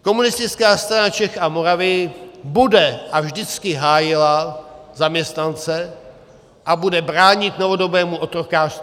Komunistická strana Čech a Moravy bude a vždycky hájila zaměstnance a bude bránit novodobému otrokářství.